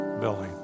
building